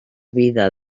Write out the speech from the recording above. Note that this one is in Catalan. vida